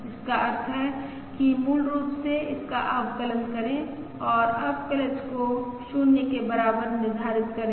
जिसका अर्थ है कि मूल रूप से इसका अवकलन करे और अवकलज को 0 के बराबर निर्धारित करे